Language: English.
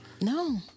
No